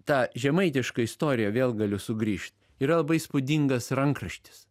ta žemaitiška istorija vėl galiu sugrįžt yra labai įspūdingas rankraštis